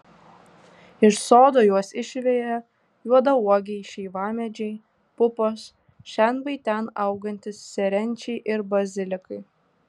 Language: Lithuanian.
iš sodo juos išveja juodauogiai šeivamedžiai pupos šen bei ten augantys serenčiai ir bazilikai